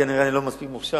כנראה אני לא מספיק מוכשר,